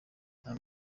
ayo